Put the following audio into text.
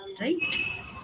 Right